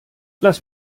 lass